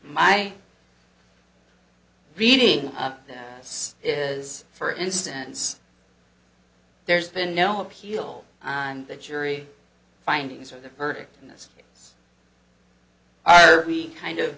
my reading this is for instance there's been no appeal and the jury findings are the verdict in this are we kind of